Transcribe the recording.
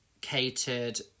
catered